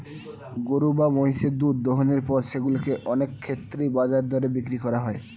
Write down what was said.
গরু বা মহিষের দুধ দোহনের পর সেগুলো কে অনেক ক্ষেত্রেই বাজার দরে বিক্রি করা হয়